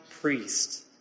priest